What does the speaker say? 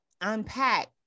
unpack